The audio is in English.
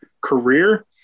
career